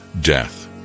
death